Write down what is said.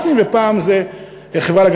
ופעם זה עובדי חברת המתנ"סים,